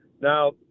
Now